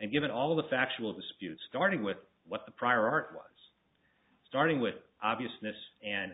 and given all of the factual disputes starting with what the prior art was starting with obviousness and